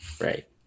right